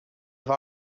have